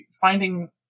finding